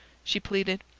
she pleaded.